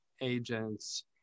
agents